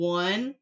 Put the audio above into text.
one